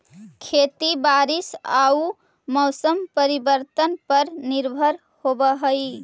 खेती बारिश आऊ मौसम परिवर्तन पर निर्भर होव हई